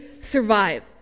survive